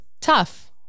tough